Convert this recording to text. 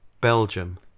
Belgium